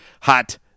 hot